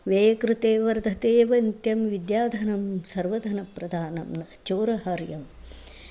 व्यये कृते वर्धत एव नित्यं विद्याधनं सर्वधनप्रदानं न चोरहार्यम्